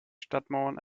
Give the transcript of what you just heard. stadtmauern